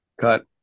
Cut